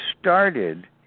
started